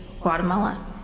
Guatemala